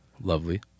Lovely